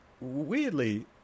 weirdly